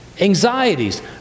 Anxieties